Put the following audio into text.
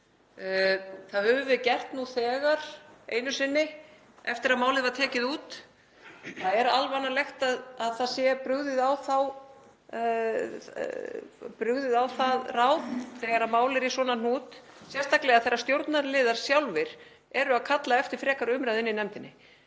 Það höfum við gert nú þegar einu sinni eftir að málið var tekið út. Það er alvanalegt að það sé brugðið á það ráð þegar mál eru í svona hnút, sérstaklega þegar stjórnarliðar sjálfir eru að kalla eftir frekari umræðu inni í nefndinni.